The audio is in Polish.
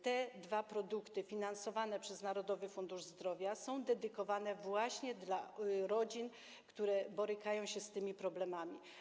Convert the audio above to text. Te dwa produkty finansowane przez Narodowy Fundusz Zdrowia są dedykowane właśnie rodzinom, które borykają się z tymi problemami.